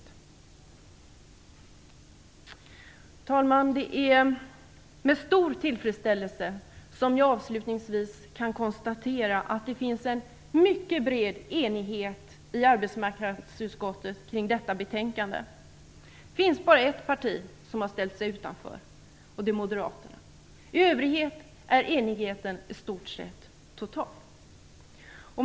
Fru talman! Det är med stor tillfredsställelse som jag avslutningsvis kan konstatera att det finns en mycket bred enighet i arbetsmarknadsutskottet kring detta betänkande. Det finns bara ett parti som har ställt sig utanför, och det är moderaterna. I övrigt är enigheten i stort sett total. Fru talman!